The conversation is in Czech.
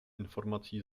informací